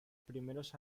primeros